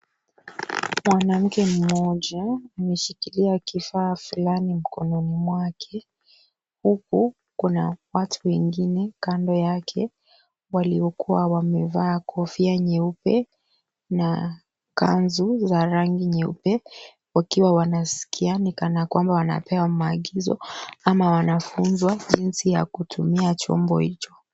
Mwanamke mmoja ameshikilia kifaa fulani mkononi mwake, huku kuna watu wengine kando yake waliokuwa wamevaa kofia nyeupe na kanzu za rangi nyeupe wakiwa wanasikia ni kana kwamba wanapewa maagizo ama wanafunzwa jinsi ya kutumia chombo hicho.